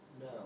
No